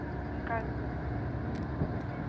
ᱚᱝᱠᱟᱜᱮ ᱠᱟᱢᱤᱭᱟ ᱦᱮᱸ